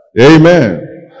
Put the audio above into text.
Amen